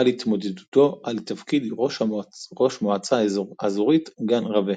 על התמודדותו לתפקיד ראש מועצה אזורית גן רווה.